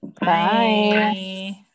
Bye